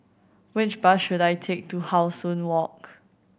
which bus should I take to How Sun Walk